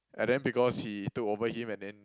and then because he took over him and then